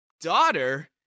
daughter